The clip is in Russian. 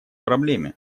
проблеме